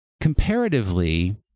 comparatively